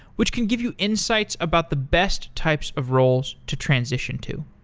which can give you insights about the best types of roles to transition to.